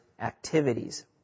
activities